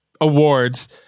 awards